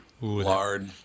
Lard